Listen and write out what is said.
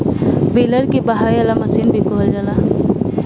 baler के बहावे वाला मशीन भी कहल जाला